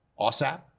OSAP